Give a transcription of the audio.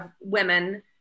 women